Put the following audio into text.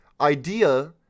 idea